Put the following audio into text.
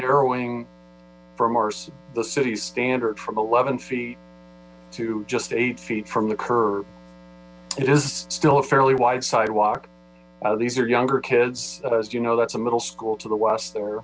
narrowing from the city's standard from eleven feet to just eight feet from the curb it is still a fairly wide sidewalk these are younger kids as you know that's a middle school to the west